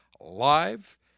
live